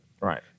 Right